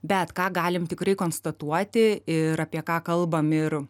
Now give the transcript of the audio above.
bet ką galim tikrai konstatuoti ir apie ką kalbam ir